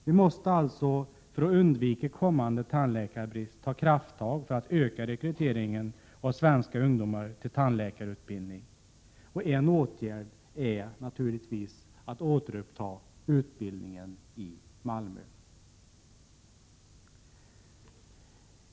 Vi måste alltså, för att undvika kommande tandläkarbrist, ta krafttag för att öka rekryteringen av svenska ungdomar till tandläkarutbildningen. En åtgärd är naturligtvis att återuppta utbildningen i Malmö.